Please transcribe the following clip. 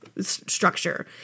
structure